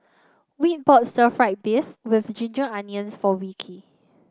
Whit bought Stir Fried Beef with Ginger Onions for Wilkie